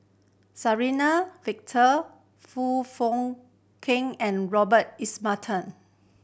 Suzann Victor Foong Fook Kay and Robert Ibbetson